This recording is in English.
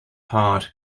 heart